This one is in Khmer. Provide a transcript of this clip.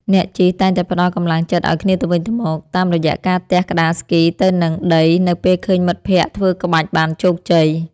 អ្នកជិះតែងតែផ្ដល់កម្លាំងចិត្តឱ្យគ្នាទៅវិញទៅមក តាមរយៈការទះក្ដារស្គីទៅនឹងដីនៅពេលឃើញមិត្តភក្ដិធ្វើក្បាច់បានជោគជ័យ។